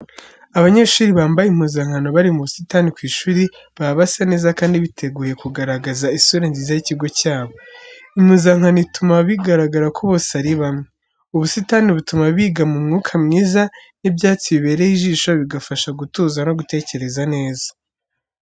Abanyeshuri bambaye impuzankano bari mu busitani ku ishuri baba basa neza kandi biteguye kugaragaza isura nziza y'ikigo cyabo. Impuzankano ituma bigaragara ko bose ari bamwe. Ubusitani butuma biga mu mwuka mwiza, n'ibyatsi bibereye ijisho, bigafasha gutuza no gutekereza neza.